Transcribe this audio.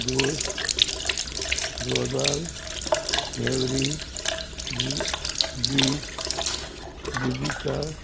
दोश दोदोल नेवरी बीफ बिबिका